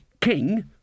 king